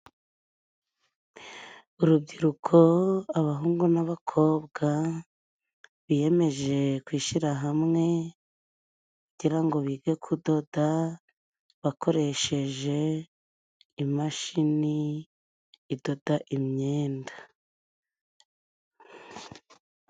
Urubyiruko abahungu n'abakobwa biyemeje kwishira hamwe kugira ngo bige kudoda bakoresheje imashini idoda imyenda.